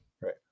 Right